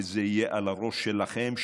וזה יהיה על הראש שלכם,